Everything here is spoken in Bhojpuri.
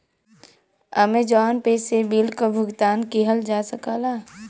अमेजॉन पे से बिल क भुगतान किहल जा सकला